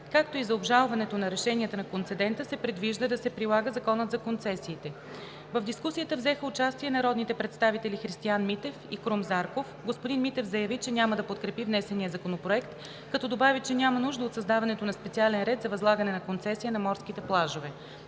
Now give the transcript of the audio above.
както и за обжалването на решенията на концедента, се предвижда да се прилага Законът за концесиите. В дискусията взеха участие народните представители Христиан Митев и Крум Зарков. Господин Митев заяви, че няма да подкрепи внесения законопроект, като добави, че няма нужда от създаването на специален ред за възлагане на концесия на морските плажове.